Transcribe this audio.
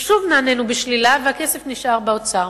ושוב נענינו בשלילה, והכסף נשאר באוצר.